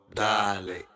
dale